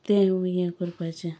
तें हें करपाचें